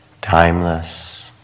timeless